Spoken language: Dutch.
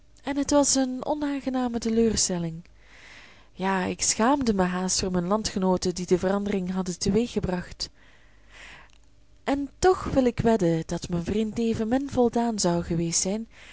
en het was eene onaangename teleurstelling ja ik schaamde mij haast voor mijne landgenooten die de verandering hadden teweeggebracht en toch wil ik wedden dat mijn vriend evenmin voldaan zou geweest zijn